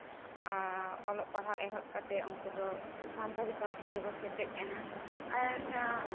ᱚᱞᱚᱜ ᱯᱟᱲᱦᱟᱜ ᱠᱚ ᱮᱦᱚᱵ ᱠᱟᱛᱮᱫ ᱩᱱᱠᱩ ᱫᱚ ᱥᱟᱱᱛᱟᱲᱤ ᱯᱟᱹᱨᱥᱤ ᱛᱮᱠᱚ ᱥᱮᱪᱮᱫ ᱮᱱᱟ ᱟᱨ